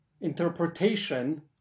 interpretation